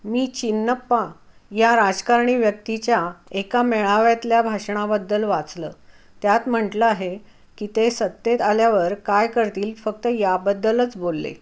मी चिन्नप्पा या राजकारणी व्यक्तीच्या एका मेळाव्यातल्या भाषणाबद्दल वाचलं त्यात म्हटलं आहे की ते सत्तेत आल्यावर काय करतील फक्त याबद्दलच बोलले